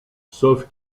sauf